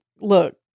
look